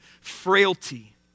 frailty